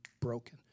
broken